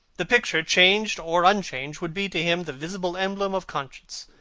the picture, changed or unchanged, would be to him the visible emblem of conscience.